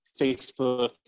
Facebook